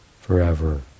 forever